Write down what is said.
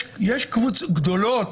יש קבוצות גדולות